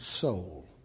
soul